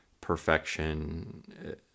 perfection